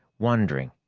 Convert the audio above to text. wondering.